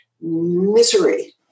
misery